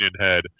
head